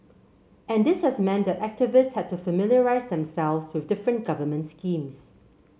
and this has meant that activists had to familiarise themselves with different government schemes